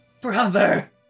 Brother